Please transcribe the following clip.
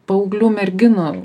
paauglių merginų